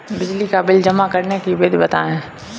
बिजली का बिल जमा करने की विधि बताइए?